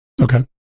Okay